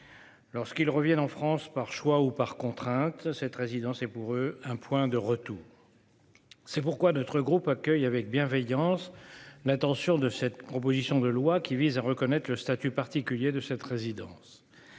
Lorsqu'ils reviennent en France, par choix ou par contrainte, cette résidence est pour eux un point de retour. C'est pourquoi notre groupe accueille avec bienveillance l'intention de cette proposition de loi, qui vise à reconnaître le statut particulier de cette résidence.